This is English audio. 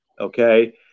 Okay